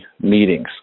meetings